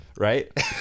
Right